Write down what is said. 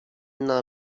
ne’a